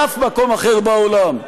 באף מקום אחר בעולם.